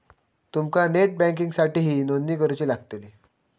तुमका नेट बँकिंगसाठीही नोंदणी करुची लागतली